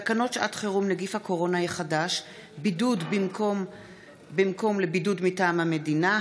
תקנות שעת חירום (נגיף הקורונה החדש) (בידוד במקום לבידוד מטעם המדינה),